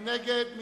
מי נגד?